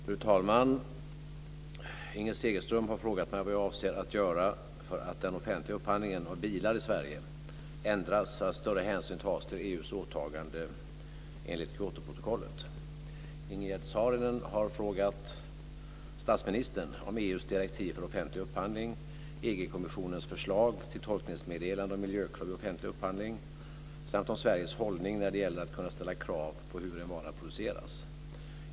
Fru talman! Inger Segelström har frågat mig vad jag avser att göra för att den offentliga upphandlingen av bilar i Sverige ändras så att större hänsyn tas till Ingegerd Saarinen har frågat statsministern om kommissionens förslag till tolkningsmeddelande om miljökrav vid offentlig upphandling samt om Sveriges hållning när det gäller att kunna ställa krav på hur en vara producerats.